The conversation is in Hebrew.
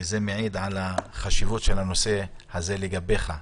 זה מעיד על חשיבות הנושא הזה לגביך.